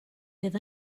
fydd